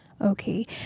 Okay